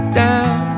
down